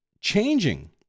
changing